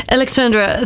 Alexandra